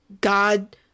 God